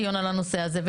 דיון על הנושא הזה.